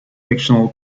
fictional